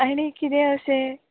आनी कितेंय अशें